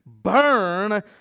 Burn